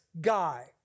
guy